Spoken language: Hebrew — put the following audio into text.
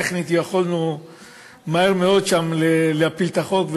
טכנית יכולנו מהר מאוד להפיל שם את החוק,